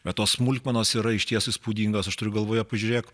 bet tos smulkmenos yra išties įspūdingos aš turiu galvoje pažiūrėk